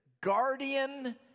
Guardian